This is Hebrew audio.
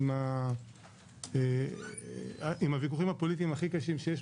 עם הוויכוחים הפוליטיים הכי קשים שיש,